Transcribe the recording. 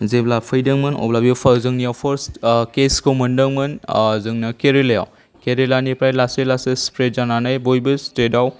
जेब्ला फैदोंमोन अब्ला बियो जोंनियाव फार्स्ट केसखौ मोनदोंमोन जोंनिया केरेलायाव केरेलानिफ्राय लासै लासै स्प्रेड जानानै बयबो स्टेटआव